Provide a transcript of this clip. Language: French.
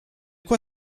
quoi